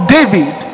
David